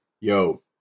Yo